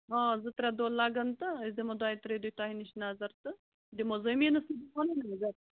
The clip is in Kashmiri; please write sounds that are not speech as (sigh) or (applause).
آ زٕ ترٛےٚ دۄہ لَگَن تہٕ أسۍ دِمو دۄیہِ ترٛیٚیہِ دُے تۄہہِ نِش نظر تہٕ دِمو زمیٖنَس (unintelligible) نظر